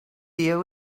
year